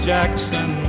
Jackson